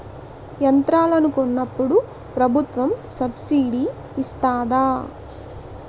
యంత్రాలను కొన్నప్పుడు ప్రభుత్వం సబ్ స్సిడీ ఇస్తాధా?